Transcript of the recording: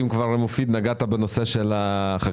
ואם כבר נגעת בנושא החקלאות,